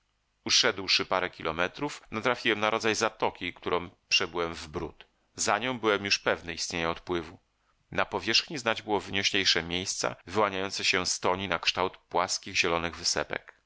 uszedłszy parę kilometrów natrafiłem na rodzaj zatoki którą przebyłem w bród za nią byłem już pewny istnienia odpływu na powierzchni znać było wynioślejsze miejsca wyłaniające się z toni na kształt płaskich zielonych wysepek